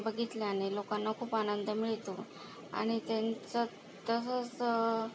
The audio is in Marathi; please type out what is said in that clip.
बघितल्याने लोकांना खूप आनंद मिळतो आणि त्यांचं तसं असतं